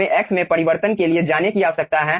हमें x में परिवर्तन के लिए जाने की आवश्यकता है